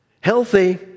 Healthy